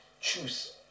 Choose